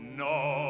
no